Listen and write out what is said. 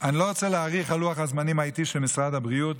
אני לא רוצה להאריך על לוח הזמנים האיטי של משרד הבריאות,